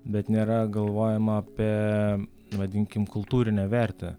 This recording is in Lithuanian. bet nėra galvojama apė vadinkim kultūrinę vertę